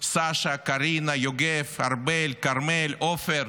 סשה, קרינה, יוגב, ארבל, כרמל, עופר.